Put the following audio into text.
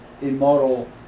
immoral